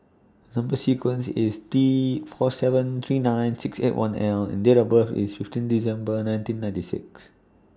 Number sequence IS T four seven three nine six eight one L and Date of birth IS fifteen December nineteen ninety six